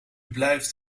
blijft